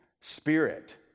Spirit